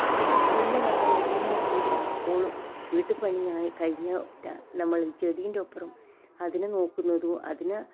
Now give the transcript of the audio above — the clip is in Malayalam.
അതിൻ്റെ ഒപ്പം എല്ലാ നമ്മളിങ്ങനെ കൂടി എപ്പോളും വീട്ടു പണിയായി കഴിഞ്ഞാൽ പോരാ നമ്മൾ ചെടിൻ്റൊപ്പം അതിനെ നോക്കുന്നതും അതിനെ